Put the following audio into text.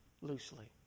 loosely